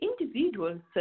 individuals